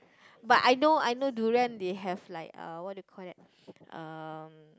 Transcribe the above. but I know I know durian they have like uh what do you call that um